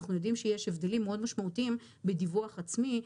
אנחנו יודעים שיש הבדלים מאוד משמעותיים בדיווח עצמי,